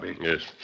Yes